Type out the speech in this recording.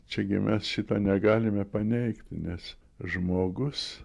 čia gi mes šito negalime paneigti nes žmogus